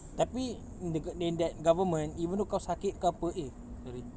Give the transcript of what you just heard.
tapi in the go~ in that government even though kau sakit ke apa eh sorry